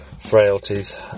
frailties